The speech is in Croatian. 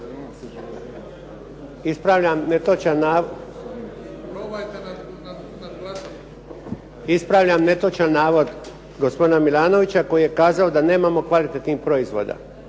Ispravljam netočan navod gospodina Milanovića koji je kazao da nemamo kvalitetnih proizvoda.